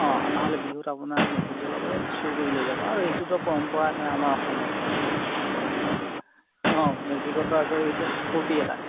অঁ নহ'লে বিহুত আপোনাৰ মেজিক জ্বলাবলৈ চুৰ কৰি লৈ যাব আৰু সেইটোতো পৰম্পৰাই হয় আমাৰ অসমত এইটো অঁ মেজিকত এইটো আৰু ফূৰ্তি এটা